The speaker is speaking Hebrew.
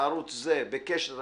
בקשת,